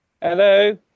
Hello